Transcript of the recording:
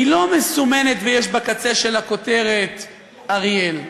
היא לא מסומנת ויש בקצה שלה כותרת "אריאל",